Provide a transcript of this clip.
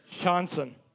Johnson